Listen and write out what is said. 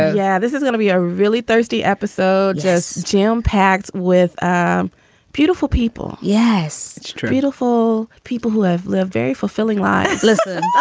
yeah this is gonna be a really thursday episode just jam packed with um beautiful people. yes, it's beautiful. people who have lived very fulfilling lives listen,